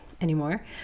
anymore